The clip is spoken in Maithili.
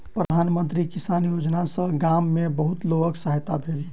प्रधान मंत्री किसान योजना सॅ गाम में बहुत लोकक सहायता भेल